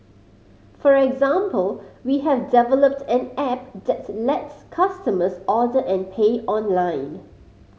for example we have developed an app that lets customers order and pay online